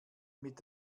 mit